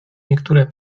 niektóre